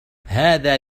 هذا